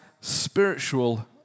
spiritual